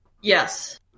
Yes